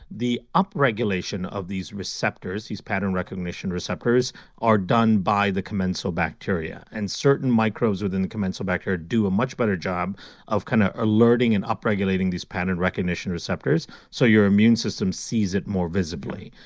the upregulation of these receptors, these pattern recognition receptors are done by the commensal bacteria, and certain microbes within the commensal bacteria do a much better job of kind of alerting and upregulating these pattern recognition receptors. so your immune system sees it more visibly.